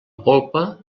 polpa